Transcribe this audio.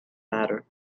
matter